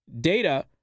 data